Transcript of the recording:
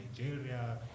Nigeria